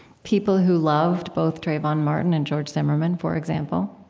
people who loved both trayvon martin and george zimmerman, for example.